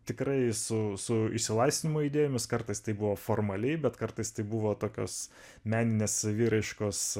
tikrai su su išsilaisvinimo idėjomis kartais tai buvo formaliai bet kartais tai buvo tokios meninės saviraiškos